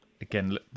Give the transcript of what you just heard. again